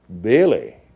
Billy